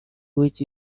which